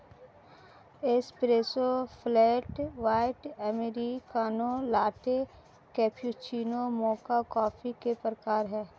espresso, flat white, americano, latte, cappuccino, mocha coffee के प्रकार हैं